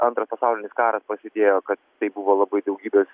antras pasaulinis karas prasidėjo kad tai buvo labai daugybės